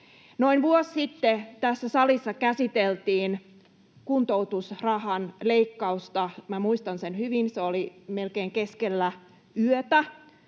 Noin vuosi sitten tässä salissa käsiteltiin kuntoutusrahan leikkausta — muistan sen hyvin, se oli melkein keskellä yötä